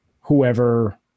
whoever